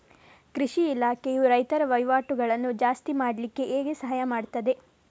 ಕೃಷಿ ಇಲಾಖೆಯು ರೈತರ ವಹಿವಾಟುಗಳನ್ನು ಜಾಸ್ತಿ ಮಾಡ್ಲಿಕ್ಕೆ ಹೇಗೆ ಸಹಾಯ ಮಾಡ್ತದೆ?